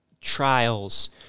trials